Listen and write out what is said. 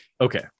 Okay